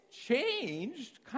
changed